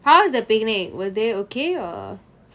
how was the picnic were they okay or